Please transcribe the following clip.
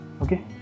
okay